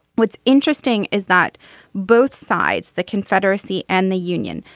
what's interesting is that both sides, the confederacy and the union,